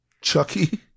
Chucky